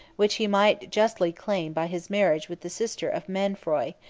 which he might justly claim by his marriage with the sister of mainfroy,